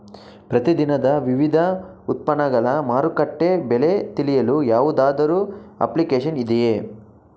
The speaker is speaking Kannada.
ಪ್ರತಿ ದಿನದ ವಿವಿಧ ಉತ್ಪನ್ನಗಳ ಮಾರುಕಟ್ಟೆ ಬೆಲೆ ತಿಳಿಯಲು ಯಾವುದಾದರು ಅಪ್ಲಿಕೇಶನ್ ಇದೆಯೇ?